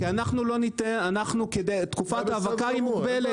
כי אנחנו לא ניתן, תקופת ההאבקה היא מוגבלת.